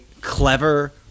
clever